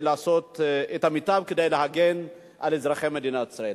לעשות את המיטב כדי להגן על אזרחי מדינת ישראל.